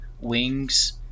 wings